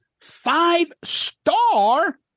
five-star